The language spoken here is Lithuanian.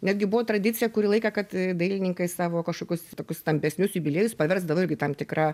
netgi buvo tradicija kurį laiką kad dailininkai savo kažkokius tokius stambesnius jubiliejus paversdavo irgi tam tikra